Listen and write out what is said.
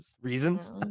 reasons